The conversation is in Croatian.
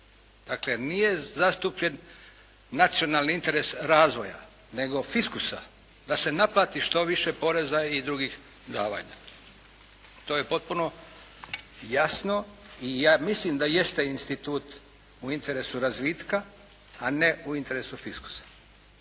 Dakle, nije zastupljen nacionalni interese razvoja, nego fiskusa, da se naplati što više poreza i drugih davanja. To je potpuno jasno. I ja mislim da jeste institut u interesu razvitka, a ne u interesu fiskusa.